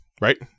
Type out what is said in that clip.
Right